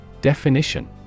Definition